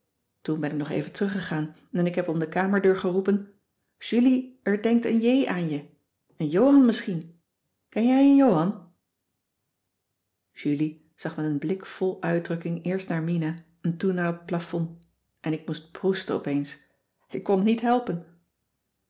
toen ben ik nog even teruggegaan en ik heb om de kamerdeur geroepen julie er denkt een j aan je n johan misschien ken jij een johan julie zag met een blik vol uitdrukking eerst naar mina en toen naar t plafond en ik moest proesten opeens ik kon t niet helpen